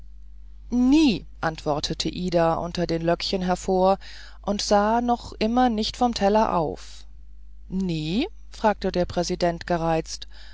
nie antwortete ida unter den löckchen hervor und sah noch immer nicht vom teller auf nie fragte der präsident gereizt